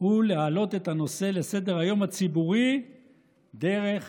הוא להעלות את הנושא לסדר-היום הציבורי דרך